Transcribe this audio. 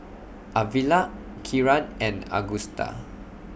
Arvilla Kieran and Agusta